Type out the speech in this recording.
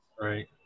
Right